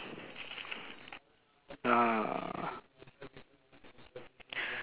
ah